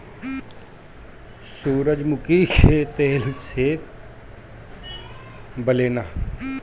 सूरजमुखी के फूल से तेल बनेला